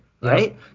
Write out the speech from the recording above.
right